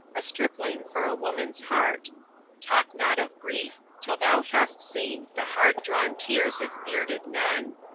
a stripling for a woman's heart talk not of grief, till thou hast seen the hard-drawn tears of bearded men.